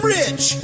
rich